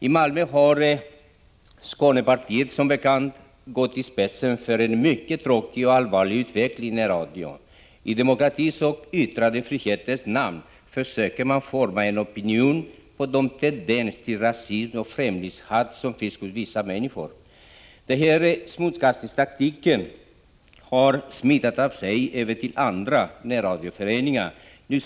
I Malmö har Skånepartiet som bekant gått i spetsen för en mycket tråkig och allvarlig utveckling inom närradion. I demokratins och yttrandefrihetens namn försöker man bilda en opinion byggd på den tendens till rasism och främlingshat som finns hos vissa människor. Smutskastningstaktiken har smittat av sig även till andra närradioföreningar.